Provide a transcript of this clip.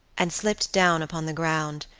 and slipped down upon the ground,